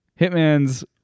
Hitman's